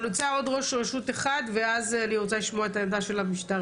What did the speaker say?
אבל אני רוצה עוד ראש רשות אחד ואז אני רוצה לשמוע את העמדה של המשטרה.